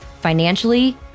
financially